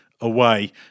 away